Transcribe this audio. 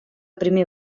primer